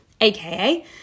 aka